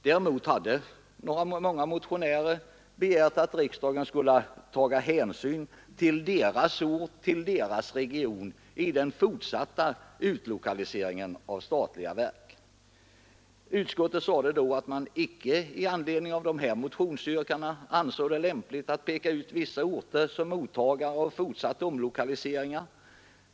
Däremot hade många motionärer begärt att riksdagen skulle ta hänsyn till deras ort, till deras region, vid den fortsatta utlokaliseringen av statliga verk. Utskottet sade då att man icke i anledning av dessa motionsyrkanden ansåg det lämpligt att peka ut vissa orter som mottagare vid fortsatta utlokaliseringar.